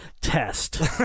Test